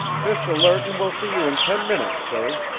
mr. lerton will see you in ten minutes, sir,